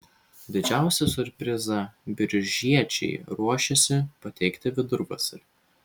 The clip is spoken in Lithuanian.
didžiausią siurprizą biržiečiai ruošiasi pateikti vidurvasarį